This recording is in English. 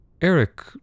Eric